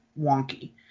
wonky